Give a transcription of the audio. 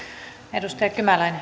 arvoisa rouva puhemies